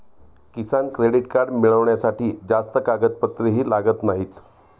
किसान credit card मिळवण्यासाठी जास्त कागदपत्रेही लागत नाहीत